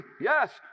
yes